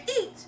eat